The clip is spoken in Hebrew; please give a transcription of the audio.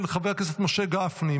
של חבר הכנסת משה גפני,